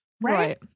Right